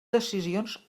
decisions